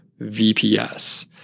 VPS